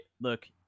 look